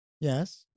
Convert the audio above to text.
Yes